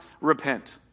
repent